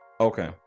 Okay